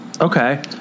Okay